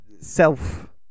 self